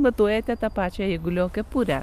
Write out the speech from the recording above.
matuojate tą pačią eigulio kepurę